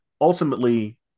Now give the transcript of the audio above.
ultimately